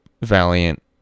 valiant